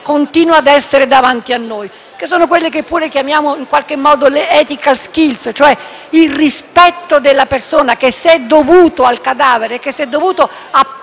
continua ad essere davanti a noi. Sono quelle che chiamiamo le *ethical skill*, cioè il rispetto della persona che se è dovuto al cadavere, se è dovuto a